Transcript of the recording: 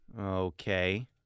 Okay